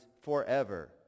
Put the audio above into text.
forever